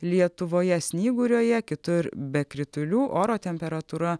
lietuvoje snyguriuoja kitur be kritulių oro temperatūra